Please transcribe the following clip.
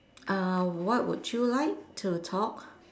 uh what would you like to talk